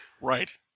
Right